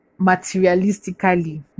materialistically